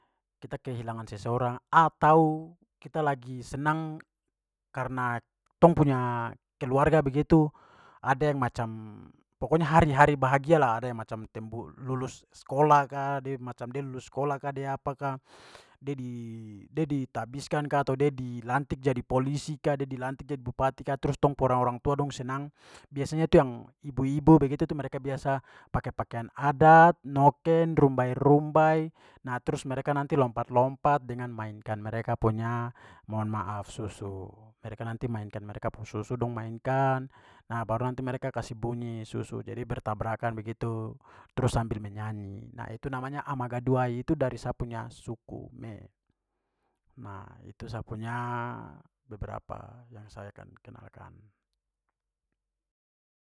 Kita kehilangan seseorang atau kita lagi senang karena tong punya keluarga begitu ada yang macam, pokoknya hari-hari bahagia lah, ada yang macam lulus sekolah ka, dia macam dia lulus sekolah ka, dia apa ka, dia di- de ditabiskan ka atau de dilantik jadi polisi ka, de dilantik jadi bupati ka, trus tong pu orang-orang tua dong senang, biasanya itu yang ibu-ibu begitu tu mereka biasa pakai pakian adat, noken, rumbai-rumbai, nah, trus mereka nanti lompat-lompat dengan mainkan mereka punya mohon maaf susu. Mereka nanti mainkan mereka pu susu, dong mainkan. Nah, baru nanti mereka kasih bunyi susu, jadi bertabrakan begitu, trus sambil menyanyi. Nah, itu namanya amagadwai. Itu dari sa punya suku mee. Nah itu sa punya beberapa yang saya akan kenalkan.